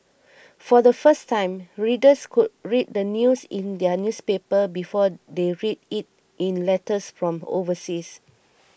for the first time readers could read the news in their newspaper before they read it in letters from overseas